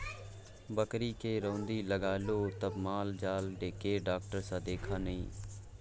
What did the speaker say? बकरीके रौदी लागलौ त माल जाल केर डाक्टर सँ देखा ने